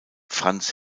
franz